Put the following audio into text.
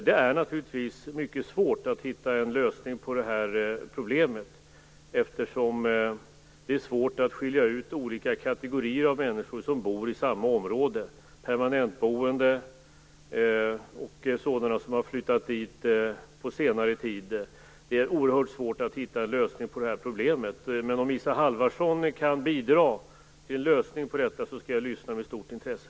Det är naturligtvis mycket svårt att hitta en lösning på det här problemet eftersom det är svårt att skilja ut olika kategorier av människor som bor i samma område, permanentboende och sådana som har flyttat dit på senare tid. Det är oerhört svårt att hitta en lösning på det här problemet. Men om Isa Halvarsson kan bidra med en lösning skall jag lyssna med stort intresse.